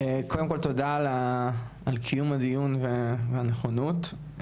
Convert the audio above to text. קודם כל תודה על קיום הדיון ועל הנכונות,